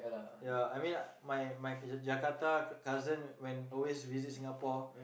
ya I mean my my Jakarta cousin when always visit Singapore